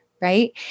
right